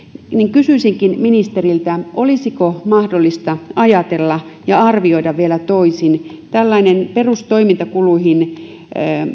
kysyisinkin ministeriltä olisiko mahdollista ajatella ja arvioida vielä toisin perustoimintakuluihin